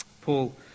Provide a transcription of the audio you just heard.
Paul